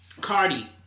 Cardi